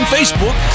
Facebook